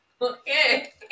okay